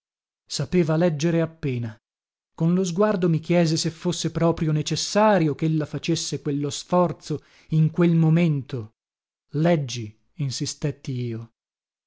sapeva leggere appena con lo sguardo mi chiese se fosse proprio necessario chella facesse quello sforzo in quel momento leggi insistetti io